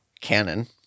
canon